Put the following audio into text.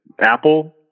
Apple